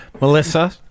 Melissa